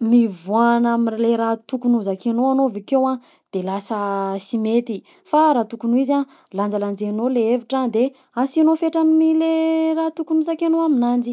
mivoagna am'le raha tokony hozakainao anao avakeo a, de lasa sy mety fa raha tokony ho izy a lanjalanjainao le hevitra de asianao fetrany le raha tokony hozakainao amignanjy.